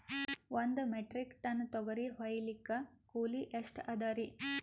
ಒಂದ್ metric ton ತೊಗರಿ ಹೋಯಿಲಿಕ್ಕ ಕೂಲಿ ಎಷ್ಟ ಅದರೀ?